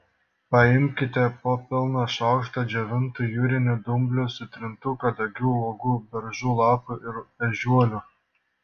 paimkite po pilną šaukštą džiovintų jūrinių dumblių sutrintų kadagių uogų beržų lapų ir ežiuolių